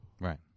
Right